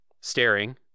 staring